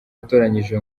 yatoranyijwe